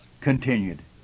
continued